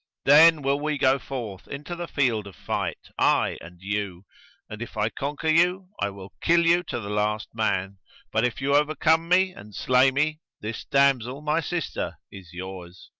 then will we go forth into the field of fight, i and you and, if i conquer you, i will kill you to the last man but if you overcome me and slay me, this damsel, my sister, is yours.